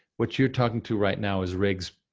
what you're talking to right now is riggs,